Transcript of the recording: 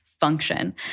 Function